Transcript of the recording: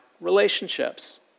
relationships